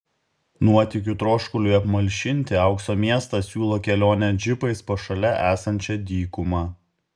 nuotykių troškuliui apmalšinti aukso miestas siūlo kelionę džipais po šalia esančią dykumą